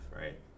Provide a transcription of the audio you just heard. right